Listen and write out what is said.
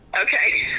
Okay